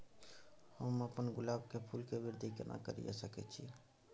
हम अपन गुलाब के फूल के वृद्धि केना करिये सकेत छी?